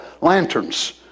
lanterns